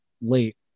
late